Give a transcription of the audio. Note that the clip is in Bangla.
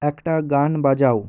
একটা গান বাজাও